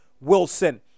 Wilson